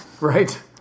Right